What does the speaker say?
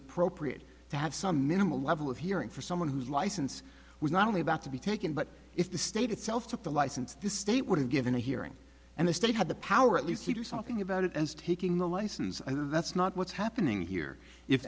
appropriate to have some minimal level of hearing for someone whose license was not only about to be taken but if the state itself took the license the state would have given a hearing and the state had the power at least to do something about it as taking the license that's not what's happening here if